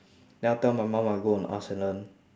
then I'll tell my mum I'll go on asknlearn